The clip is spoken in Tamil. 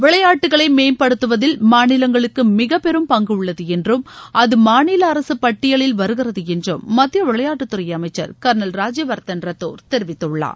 விளையாட்டுகளை மேம்படுத்துவதில் மாநிலங்களுக்கு மிகபெரும் பங்கு உள்ளது என்றும் அது மாநில அரசு பட்டியலில் வருகிறது என்றும் மத்திய விளையாட்டுத்துறை அமைச்சர் கள்னல் ராஜ்யவர்தன் ரத்தோர் தெரிவித்துள்ளார்